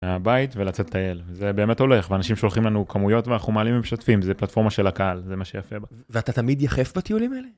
הבית ולצאת טייל זה באמת הולך ואנשים שולחים לנו כמויות ואנחנו מעלים משתפים זה פלטפורמה של הקהל זה מה שיפה ואתה תמיד יחף בטיולים האלה.